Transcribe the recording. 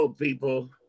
People